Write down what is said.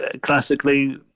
classically